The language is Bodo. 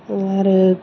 आरो